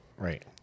Right